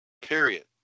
period